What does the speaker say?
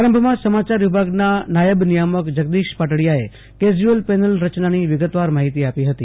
આરંભમાં સમાચાર વિભાગના નાયબ નિયામક જગદીશ પાટડીયા એ કેઝયુઅલ પેનલ રચનાની વિગતવાર માહિતી આપી હતી